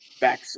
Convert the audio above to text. back